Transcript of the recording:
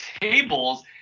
tables